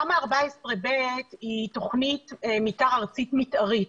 תמ"א 14/ב היא תכנית מתאר ארצית מתארית,